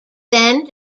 then